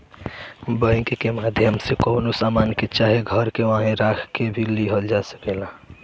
bank के माध्यम से कवनो सामान के चाहे घर के बांहे राख के भी लिहल जा सकेला